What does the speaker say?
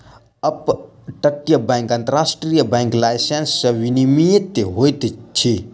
up तटीय bank अन्तर्राष्ट्रीय bank licence सॅ विनियमित होइत अछि